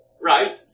right